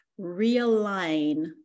realign